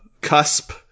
cusp